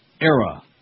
era